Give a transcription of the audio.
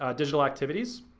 ah digital activities,